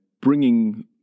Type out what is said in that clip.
bringing